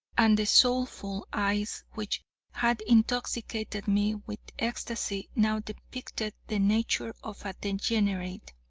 and the soulful eyes which had intoxicated me with ecstasy, now depicted the nature of a degenerate.